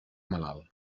malalt